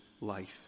life